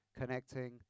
connecting